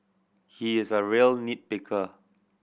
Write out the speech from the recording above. he is a real nit picker